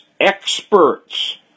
experts